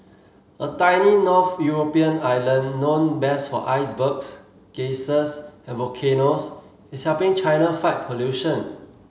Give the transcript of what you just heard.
a tiny north European island known best for icebergs geysers and volcanoes is helping China fight pollution